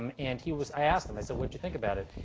um and he was i asked him. i said, what'd you think about it?